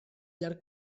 llarg